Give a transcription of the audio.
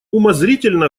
умозрительно